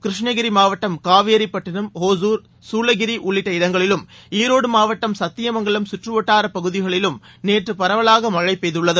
கிருஷ்ணகிரிமாவட்டம் காவேரிப்பட்டினம் ஒசூர்குளகிடஉள்ளிட்ட இடங்களிலும் ஈரோடுமாவட்டம் சத்தியமங்கலம் சுற்றுவட்டாரப் பகுதிகளிலும் நேற்றுபரவலாகமழைபெய்துள்ளது